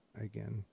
again